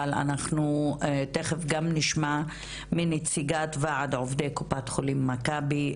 אבל אנחנו תכף גם נשמע מנציגת ועד עובדי קופת חולים מכבי,